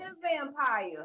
Vampire